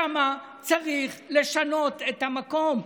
שם צריך לשנות את המקום,